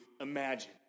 imagine